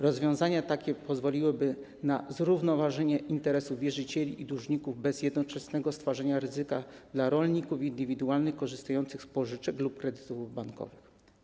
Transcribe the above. Rozwiązania takie pozwoliłyby na zrównoważenie interesu wierzycieli i dłużników bez jednoczesnego stwarzania ryzyka dla rolników indywidualnych korzystających z pożyczek lub kredytów bankowych.